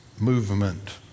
movement